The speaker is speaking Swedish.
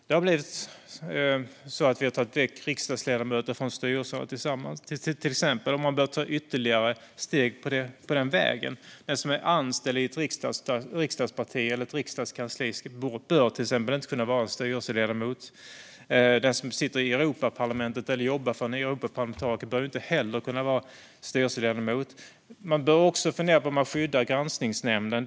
Det har blivit så att vi har tagit väck riksdagsledamöter från styrelser, till exempel, och man bör ta ytterligare steg på den vägen. Den som är anställd i ett riksdagsparti eller ett riksdagskansli bör till exempel inte kunna vara styrelseledamot. Den som sitter i Europaparlamentet eller jobbar för en europaparlamentariker bör inte heller kunna vara styrelseledamot. Man bör också fundera på hur man skyddar granskningsnämnden.